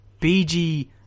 BG